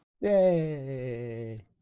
Yay